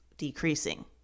Decreasing